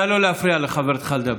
נא לא להפריע לחברתך לדבר.